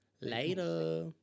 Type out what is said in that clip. Later